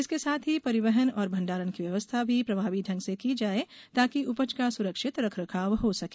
इसके साथ ही परिवहन और भण्डारण की व्यवस्था भी प्रभावी ढेंग से की जाये ताकि उपज का सुरक्षित रख रखाव हो सके